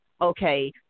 okay